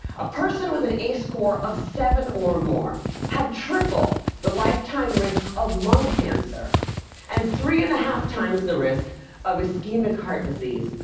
a person with an ace score of seven or more had triple the lifetime risk of lung cancer and three and a half times the risk of ischemic heart disease,